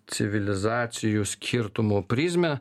civilizacijų skirtumų prizmę